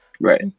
right